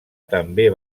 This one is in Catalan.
també